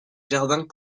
jardins